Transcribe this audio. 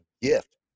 gift